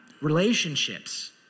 Relationships